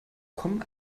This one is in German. kommen